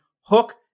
Hook